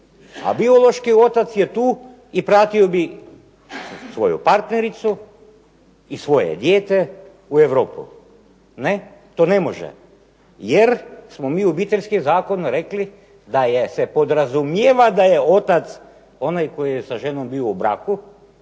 A biološki otac je tu i pratio bi svoju partnericu i svoje dijete u Europu. Ne, to ne može jer smo mi obiteljskim zakonom rekli da se podrazumijeva da je otac onaj koji je sa ženom bio u braku